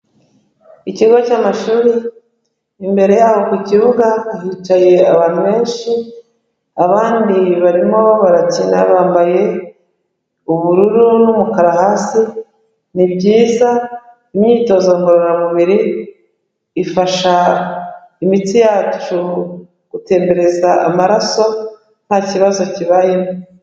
Ikigo cy'amashuri, imbere yaho ku kibuga hicaye abantu benshi, abandi barimo barakina bambaye ubururu n'umukara hasi, ni byiza imyitozo ngororamubiri ifasha imitsi yacu gutembereza amaraso nta kibazo kibayemo.